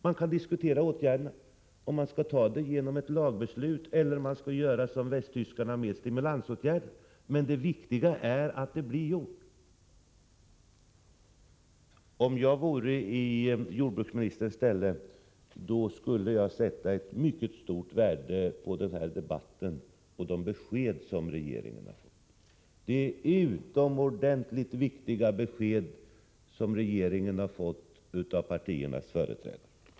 Man kan diskutera åtgärderna, om vi skall gå lagstiftningsvägen eller göra som västtyskarna och vidta stimulansåtgärder. Det viktiga är emellertid att något blir gjort. Om jag vore i jordbruksministerns ställe skulle jag sätta mycket stort värde på dagens debatt och de besked som regeringen nu har fått. Dessa besked från partiernas företrädare till regeringen är utomordentligt viktiga.